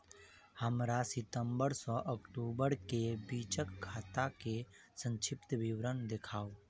हमरा सितम्बर सँ अक्टूबर केँ बीचक खाता केँ संक्षिप्त विवरण देखाऊ?